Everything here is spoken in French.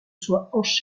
sois